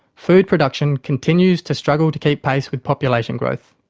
food production continues to struggle to keep pace with population growth.